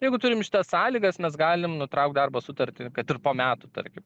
jeigu turim šitas sąlygas mes galim nutraukt darbo sutartį kad ir po metų tarkim